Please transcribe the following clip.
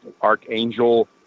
Archangel